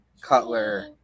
Cutler